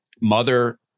mother